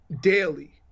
daily